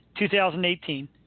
2018